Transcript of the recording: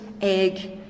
egg